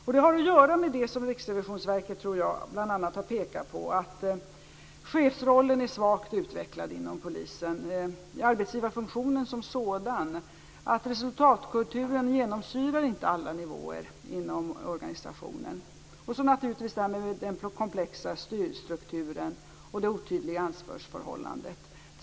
Det har också att göra med det som Riksrevisionsverket har tagit upp, bl.a. att chefsrollen är svagt utvecklad inom Polisen, arbetsgivarfunktionen som sådan, att resultatkulturen inte genomsyrar alla nivåer inom organisationen. Sedan har man detta med den komplexa styrstrukturen och det otydliga ansvarsförhållandet.